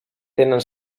tenen